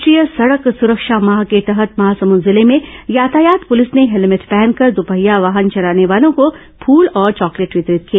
राष्ट्रीय सड़क सुरक्षा माह के तहत महासमुद जिले में यातायात पुलिस ने हेलमेट पहनकर द्रपहिया वाहन चलाने वालों को फुल और चॉकलेट वितरित किए